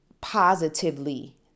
positively